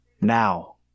Now